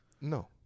No